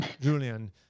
Julian